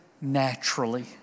naturally